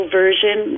version